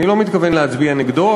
אני לא מתכוון להצביע נגדו,